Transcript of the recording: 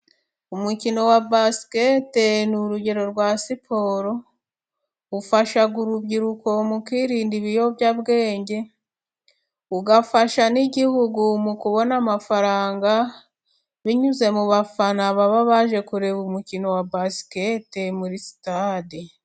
Umukino wa basikete ni urugero rwa siporo ufasha urubyiruko mu kwiririnda ibiyobyabwenge, ugafasha n'igihugu mu kubona amafaranga binyuze mu bafana baba baje kureba umukino wa basikete muri sitade.